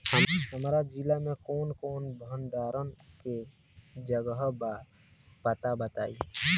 हमरा जिला मे कवन कवन भंडारन के जगहबा पता बताईं?